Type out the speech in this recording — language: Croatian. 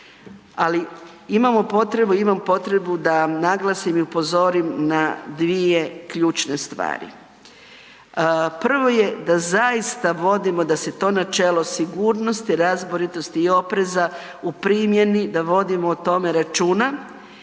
ali imamo potrebu, imam potrebu da naglasim i upozorim na dvije ključne stvari. Prvo je da zaista vodimo da se to načelo sigurnosti, razboritosti i opreza u primjeni da vodimo o tome računa